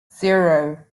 zero